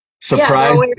Surprise